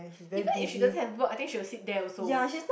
even if she doesn't have work I think she will sit there also